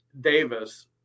Davis